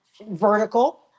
vertical